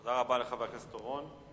תודה רבה לחבר הכנסת אורון.